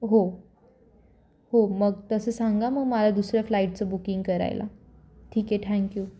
हो हो मग तसं सांगा मग मला दुसऱ्या फ्लाईटचं बुकिंग करायला ठीक आहे ठँक्यू